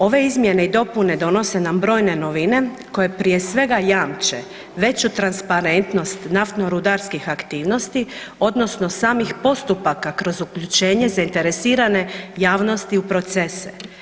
Ovdje izmjene i dopune donose nam brojne novine koje prije svega jamče veću transparentnost naftno-rudarskih aktivnosti odnosno samih postupaka kroz uključenje zainteresirane javnosti u procese.